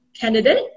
candidate